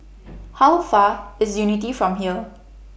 How Far IS Unity from here